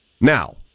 Now